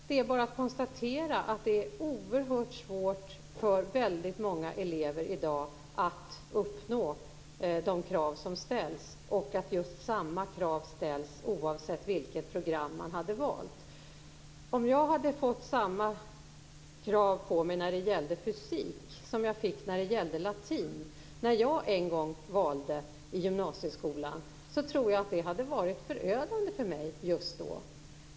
Det är bara att konstatera att det är oerhört svårt för väldigt många elever i dag att uppnå de krav som ställs, eftersom samma krav ställs oavsett vilket program man har valt. Om jag hade fått samma krav på mig när det gällde fysik som jag fick när det gällde latin när jag en gång valde i gymnasieskolan tror jag att det hade varit förödande för mig just då.